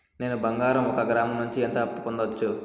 నేను బంగారం ఒక గ్రాము నుంచి ఎంత అప్పు పొందొచ్చు